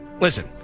listen